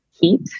heat